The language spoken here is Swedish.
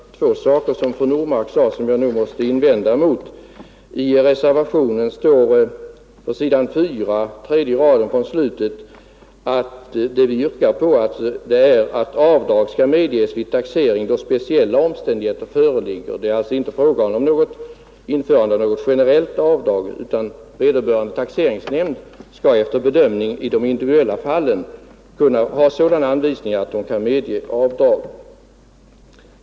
Herr talman! Det var två saker som fru Normark sade som jag måste invända emot. I reservationen står det, på s. 4 r. 3 från slutet, att avdrag bör ——— ”kunna medges vid taxeringen då speciella omständigheter föreligger”. Det är alltså inte fråga om införande av något generellt avdrag utan vederbörande taxeringsnämnd skall ha sådana anvisningar att den efter bedömning i det enskilda fallet kan medge avdrag.